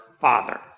Father